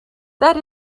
that